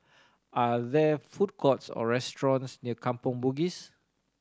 are there food courts or restaurants near Kampong Bugis